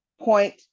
point